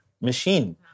Machine